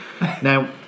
Now